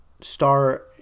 star